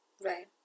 Right